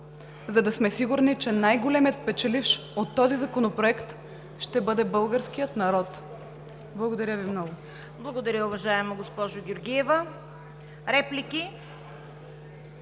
за да сме сигурни, че най-големият печеливш от този законопроект ще бъде българският народ. Благодаря Ви много. ПРЕДСЕДАТЕЛ ЦВЕТА КАРАЯНЧЕВА: Благодаря, уважаема госпожо Георгиева. Реплики?